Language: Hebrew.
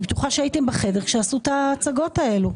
אני בטוחה שהייתם בחדר כשעשו את ההצגות האלה.